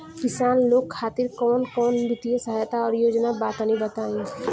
किसान लोग खातिर कवन कवन वित्तीय सहायता और योजना बा तनि बताई?